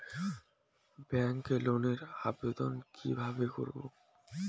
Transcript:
Bank লোনের আবেদন কি কিভাবে করব?